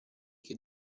che